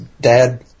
dad